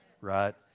right